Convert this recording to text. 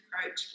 approach